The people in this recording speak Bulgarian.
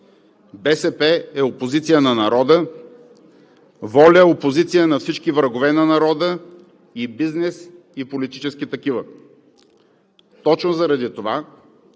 БСП е опозиция на народа, ВОЛЯ е опозиция на всички врагове на народа – и бизнес, и политически такива. Точно заради това